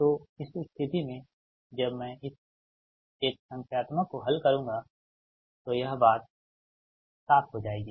तो इस स्थिति में जब मैं इस एक संख्यात्मक को हल करुंगा तो यह बात साफ हो जाएगी